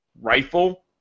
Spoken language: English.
rifle